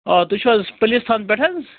آ تُہۍ چھِو حظ پُلیٖس تھانہٕ پٮ۪ٹھ حظ